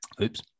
oops